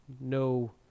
no